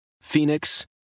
Phoenix